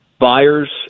Buyers